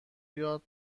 یاد